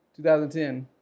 2010